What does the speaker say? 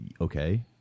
Okay